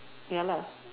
ya lah